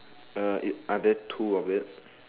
uh are there two of that